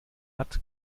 hat